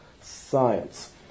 science